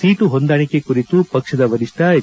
seat ಹೊಂದಾಣಿಕೆ ಕುರಿತು ಪಕ್ಷದ ವರಿಷ್ಠ ಹೆಚ್